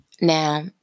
Now